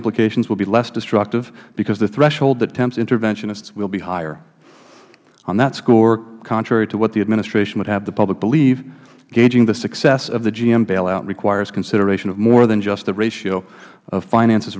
implications will be less destructive because the threshold that tempts interventionists will be higher on that score contrary to what the administration would have the public believe gauging the success of the gm bailout requires consideration of more than just the ratio of finances